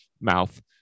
mouth